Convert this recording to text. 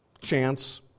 chance